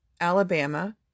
Alabama